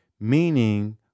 Meaning